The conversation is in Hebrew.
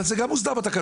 אבל זה גם מוסדר בתקנות.